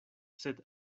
sed